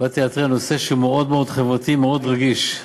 נושא שהוא מאוד חברתי, מאוד רגיש.